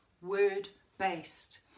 word-based